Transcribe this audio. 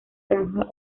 franja